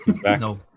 No